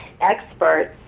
experts